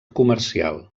comercial